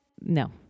no